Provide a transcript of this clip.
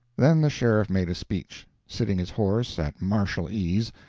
then the sheriff made a speech sitting his horse at martial ease,